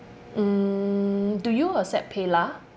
mm do you accept PayLah